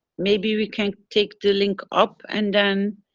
maybe, we can take the link up and then,